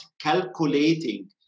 calculating